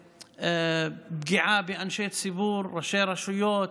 פגיעה באנשי ציבור, ראשי רשויות,